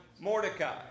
Mordecai